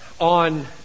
on